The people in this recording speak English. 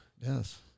Yes